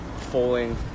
falling